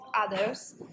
others